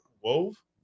wove